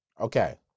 Okay